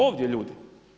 Ovdje ljudi.